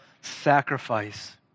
sacrifice